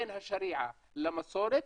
בין השריעה למסורת